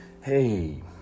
Hey